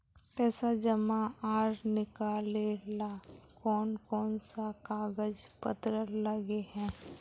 पैसा जमा आर निकाले ला कोन कोन सा कागज पत्र लगे है?